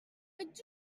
ets